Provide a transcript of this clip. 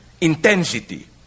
intensity